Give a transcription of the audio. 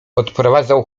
odprowadzał